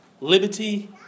liberty